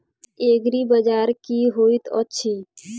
एग्रीबाजार की होइत अछि?